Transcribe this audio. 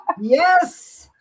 Yes